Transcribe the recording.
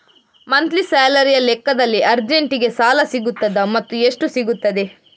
Monthly ಸ್ಯಾಲರಿಯ ಲೆಕ್ಕದಲ್ಲಿ ಅರ್ಜೆಂಟಿಗೆ ಸಾಲ ಸಿಗುತ್ತದಾ ಮತ್ತುಎಷ್ಟು ಸಿಗುತ್ತದೆ?